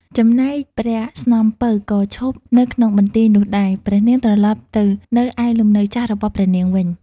ចំណែកព្រះស្នំពៅ ក៏ឈប់នៅក្នុងបន្ទាយនោះដែរ ព្រះនាងត្រឡប់ទៅនៅឯលំនៅចាស់របស់ព្រះនាងវិញ ។